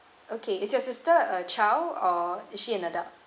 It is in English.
okay is your sister a child or is she an adult